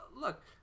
look